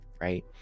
right